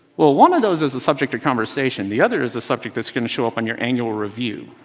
well one of those is the subject of conversation. the other is a subject that's going to show up on your annual review.